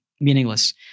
meaningless